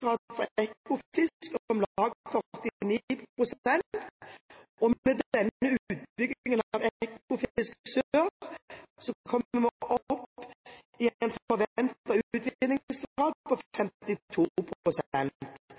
utvinningsgrad for Ekofisk om lag 49 pst. Med denne utbyggingen av Ekofisk sør kommer vi opp i en forventet utvinningsgrad på 52 pst. Dette er en